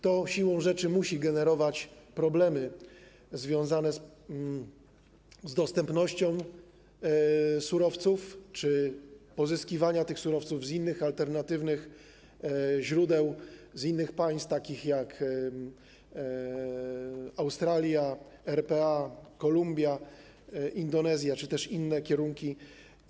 To siłą rzeczy musi generować problemy związane z dostępnością surowców czy pozyskiwaniem tych surowców z innych alternatywnych źródeł, z innych państw, takich jak Australia, RPA, Kolumbia, Indonezja, czy też innych kierunków.